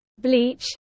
bleach